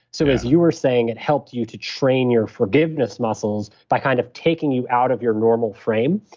so as you were saying, it helped you to train your forgiveness muscles by kind of taking you out of your normal frame.